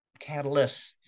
catalysts